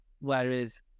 Whereas